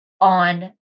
on